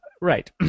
Right